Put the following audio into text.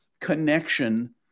connection